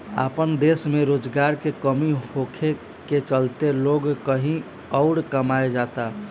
आपन देश में रोजगार के कमी होखे के चलते लोग कही अउर कमाए जाता